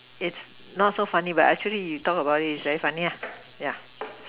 it's not so funny but actually you talk about it is very funny ah yeah